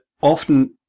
often